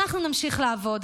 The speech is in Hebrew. אנחנו נמשיך לעבוד,